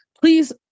please